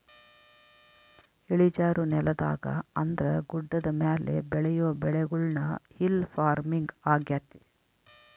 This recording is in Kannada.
ಇಳಿಜಾರು ನೆಲದಾಗ ಅಂದ್ರ ಗುಡ್ಡದ ಮೇಲೆ ಬೆಳಿಯೊ ಬೆಳೆಗುಳ್ನ ಹಿಲ್ ಪಾರ್ಮಿಂಗ್ ಆಗ್ಯತೆ